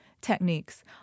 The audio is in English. techniques